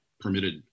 permitted